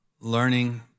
learning